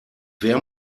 wer